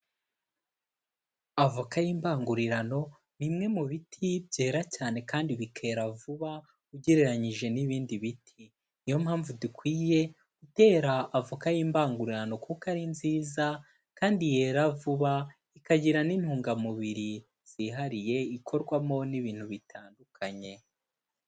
Avoka y'imbangurirano, bimwe mu biti byera cyane kandi bikera vuba ugereranyije n'ibindi biti, niyo mpamvu dukwiye gutera avoka y'imbangurano kuko ari nziza kandi yera vuba, ikagira n'intungamubiri zihariye, ikorwamo n'ibintu bitandukanye